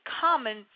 common